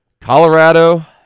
Colorado